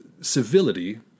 civility